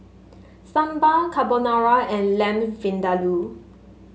Sambar Carbonara and Lamb Vindaloo